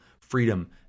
freedom